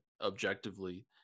objectively